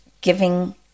giving